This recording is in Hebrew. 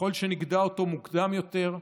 וככל שנגדע אותו מוקדם יותר,